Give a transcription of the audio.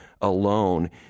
alone